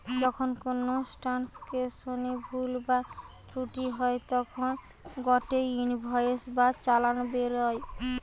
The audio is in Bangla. যখন কোনো ট্রান্সাকশনে ভুল বা ত্রুটি হই তখন গটে ইনভয়েস বা চালান বেরোয়